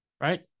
right